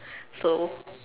so